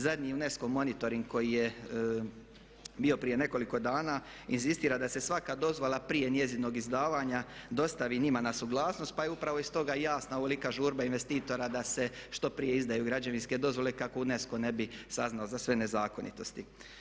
Zadnji UNESCO-ov monitoring koji je bio prije nekoliko dana inzistira da se svaka dozvola prije njezinog izdavanja dostavi njima na suglasnost pa je upravo stoga i jasna ovolika žurba investitora da se što prije izdaju građevinske dozvole kako UNESCO ne bi saznao za sve nezakonitosti.